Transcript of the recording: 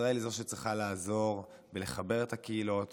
ישראל היא שצריכה לעזור ולחבר את הקהילות